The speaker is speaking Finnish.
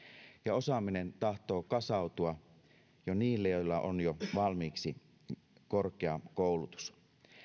osaaminen tahtoo kasautua niille joilla on jo valmiiksi korkea koulutus